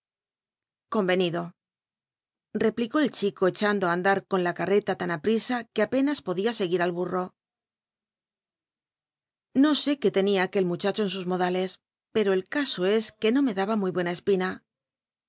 comenido replicó el chico echando á andar con la carreta tan prisa que apenas poclia scguil al bwro no sé qué tenia aquel muchacho en sus modales pero el caso es que no me daba muy buena espina